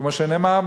כמו שנאמר,